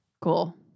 Cool